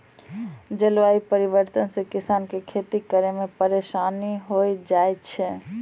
जलवायु परिवर्तन से किसान के खेती करै मे परिसानी होय जाय छै